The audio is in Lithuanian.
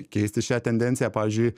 keisti šią tendenciją pavyzdžiui